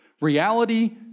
Reality